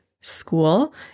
school